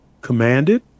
commanded